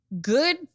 good